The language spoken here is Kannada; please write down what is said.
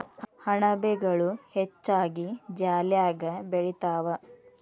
ಅಣಬೆಗಳು ಹೆಚ್ಚಾಗಿ ಜಾಲ್ಯಾಗ ಬೆಳಿತಾವ